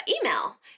email